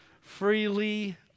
freely